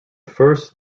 first